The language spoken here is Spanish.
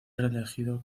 reelegido